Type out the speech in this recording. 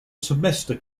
semester